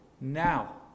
now